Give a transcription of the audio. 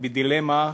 בדילמה,